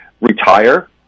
retire